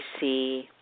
see